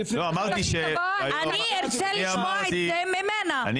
אני ארצה לשמוע את זה ממנה,